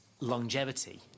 longevity